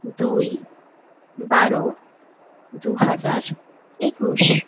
দুই বারো দুহাজার একুশ